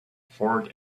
fort